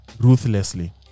ruthlessly